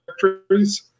victories